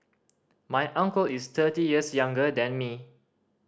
my uncle is thirty years younger than me